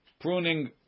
pruning